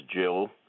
Jill